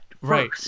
Right